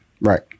Right